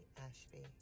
Ashby